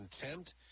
contempt